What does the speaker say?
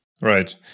Right